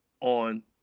on